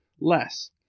less